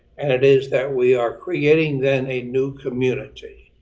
and it is that we are creating then a new community.